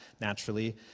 naturally